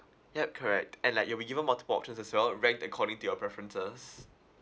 yup correct and like you'll be given multiple options as well ranked according to your preferences